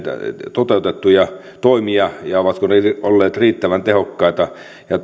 toteutettuja toimia ovatko ne olleet riittävän tehokkaita